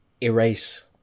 erase